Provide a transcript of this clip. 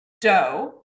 dough